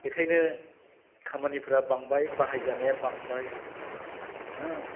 बेखायनो खामानिफ्रा बांबाय बाहाय जानाया बांबाय होह